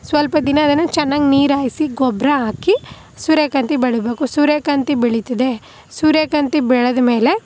ಸ್ವಲ್ಪ ದಿನ ಅದನ್ನ ಚೆನ್ನಾಗಿ ನೀರು ಹಾಯಿಸಿ ಗೊಬ್ಬರ ಹಾಕಿ ಸೂರ್ಯಕಾಂತಿ ಬೆಳಿಬೇಕು ಸೂರ್ಯಕಾಂತಿ ಬೆಳೀತಿದೆ ಸೂರ್ಯಕಾಂತಿ ಬೆಳೆದ ಮೇಲೆ